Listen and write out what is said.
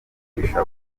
kwigisha